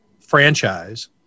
franchise